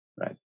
Right